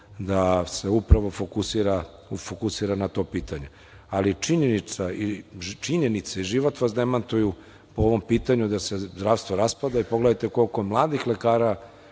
da se upravo fokusira na to pitanje, ali činjenice i život vas demantuju po ovom pitanju da se zdravstvo raspada. Pogledajte koliko mladih lekara,